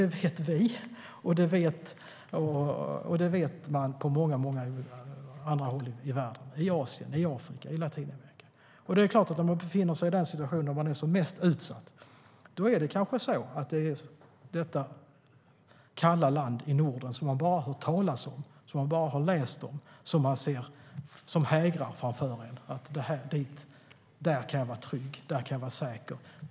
Det vet vi, och det vet man på många andra håll i världen - i Asien, Afrika och Latinamerika. Om man befinner sig i den situationen att man är som mest utsatt är det kanske detta kalla land i Norden, som man bara har läst eller hört talas om, som hägrar framför en. Man tänker: Där kan jag vara trygg och säker.